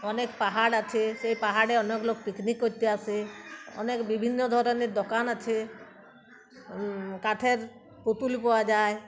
অনেক পাহাড় আছে সেই পাহাড়ে অনেক লোক পিকনিক করতে আসে অনেক বিভিন্ন ধরনের দোকান আছে কাঠের পুতুল পাওয়া যায়